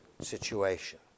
situation